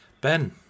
Ben